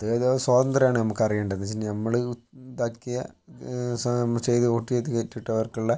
അതായത് ആ സ്വാതന്ത്യ്രമാണ് നമുക്ക് അറിയേണ്ടത് എന്ന് വെച്ചിട്ടുണ്ടെങ്കിൽ നമ്മള് ഇതാക്കിയ സ്വാ നമ്മള് ചെയ്ത് വോട്ട് ചെയ്ത് കയറ്റി വിട്ടവർക്കുള്ള